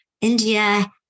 India